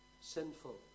sinful